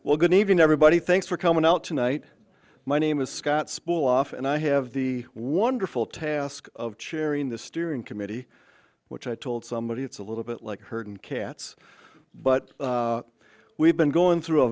well good evening everybody thanks for coming out tonight my name is scott spool off and i have the wonderful task of chairing the steering committee which i told somebody it's a little bit like herding cats but we've been going through a